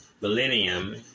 millennium